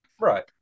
Right